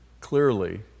clearly